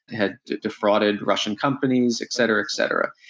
had defrauded russian companies, etc etc.